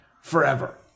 forever